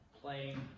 playing